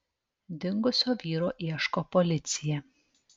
dingusio vyro ieško policija